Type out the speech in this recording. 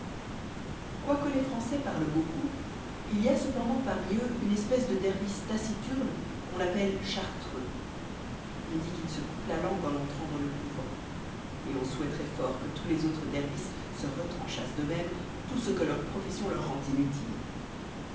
uoique les françois parlent beaucoup il y a cependant parmi eux une espèce de dervis taciturnes qu'on appelle chartreux on dit qu'ils se coupent la langue en entrant dans le couvent et on souhaiteroit fort que tous les autres dervis se retranchassent de même tout ce que leur profession leur rend inutile